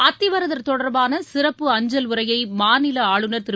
அத்திவரதர் தொடர்பான சிறப்பு அஞ்சல் உறையை மாநில ஆளுநர் திரு